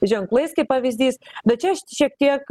ženklais kaip pavyzdys bet čia aš šiek tiek